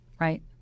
right